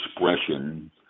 expression